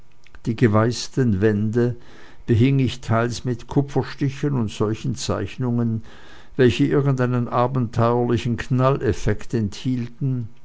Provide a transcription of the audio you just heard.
die geweißten wände behing ich teils mit kupferstichen und solchen zeichnungen welche irgendeinen abenteuerlichen knalleffekt enthielten